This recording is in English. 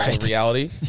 reality